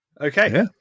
Okay